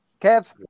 Kev